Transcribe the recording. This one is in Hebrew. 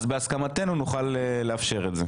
אנשים שנמצאים באולם --- הם בדיוק יוצאים לשתות.